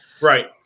Right